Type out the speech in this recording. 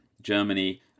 Germany